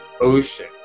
Ocean